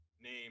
name